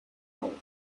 gold